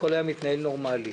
הכול היה מתנהל נורמלי.